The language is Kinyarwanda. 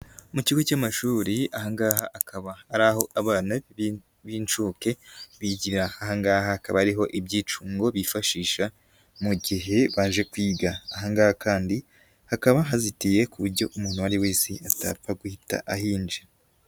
Mu kigo cy'amashuri, aha ngaha hakaba ari aho abana b'inshuke bigira, aha ngaha hakaba ariho ibyicungo bifashisha mu gihe baje kwiga, ahangaha kandi hakaba hazitiye ku buryo umuntu uwo ari wese atapfa guhita ahinjira.